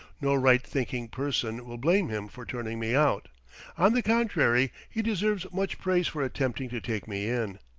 no right-thinking person will blame him for turning me out on the contrary, he deserves much praise for attempting to take me in.